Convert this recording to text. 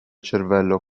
cervello